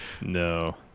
No